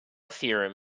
theorem